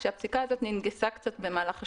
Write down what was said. כאשר הפסיקה הזאת ננגסה קצת במהלך השנים,